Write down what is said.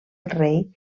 rei